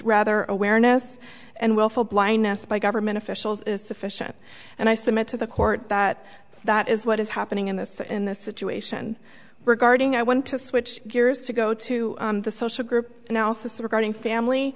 rather awareness and willful blindness by government officials is sufficient and i submit to the court that that is what is happening in this in this situation regarding i want to switch gears to go to the social group analysis regarding family